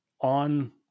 on